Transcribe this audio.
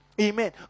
Amen